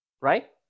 right